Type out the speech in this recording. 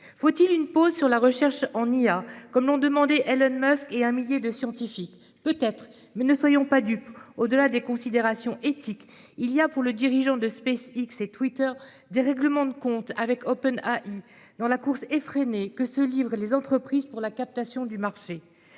sur l'intelligence artificielle, comme l'ont demandé Elon Musk et un millier de scientifiques ? Peut-être, mais ne soyons pas dupes : au-delà des considérations éthiques, il y a là pour le dirigeant de SpaceX et de Twitter une occasion de régler ses comptes avec OpenAI dans la course effrénée à laquelle se livrent les entreprises pour la captation du marché.